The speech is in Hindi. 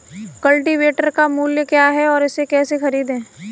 कल्टीवेटर का मूल्य क्या है और इसे कैसे खरीदें?